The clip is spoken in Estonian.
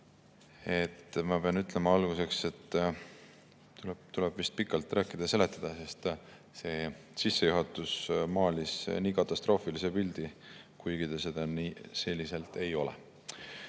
Ma pean ütlema alguseks, et tuleb vist pikalt rääkida ja seletada, sest see sissejuhatus maalis katastroofilise pildi, kuigi see nii ei ole.